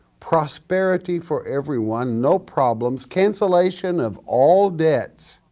prosperity for everyone, no problems, cancellation of all debts,